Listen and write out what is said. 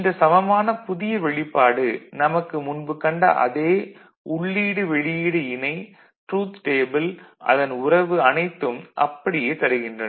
இந்தச் சமமான புதிய வெளிப்பாடு நமக்கு முன்பு கண்ட அதே உள்ளீடு வெளியீடு இணை ட்ரூத் டேபிள் அதன் உறவு அனைத்தும் அப்படியே தருகின்றன